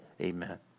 Amen